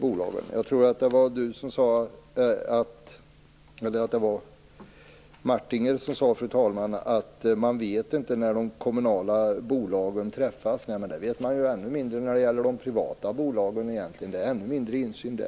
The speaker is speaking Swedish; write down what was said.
bolagen. Jag tror att det var Jerry Martinger som sade att man inte vet när de kommunala bolagen träffas. Men det vet man ju ännu mindre när det gäller de privata bolagen. Det är ännu mindre insyn i dem.